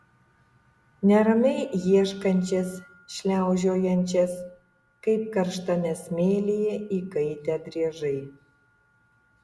neramiai ieškančias šliaužiojančias kaip karštame smėlyje įkaitę driežai